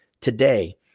today